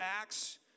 Acts